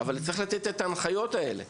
אבל צריך לתת את ההנחיות האלה.